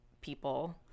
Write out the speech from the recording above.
people